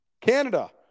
Canada